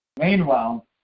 Meanwhile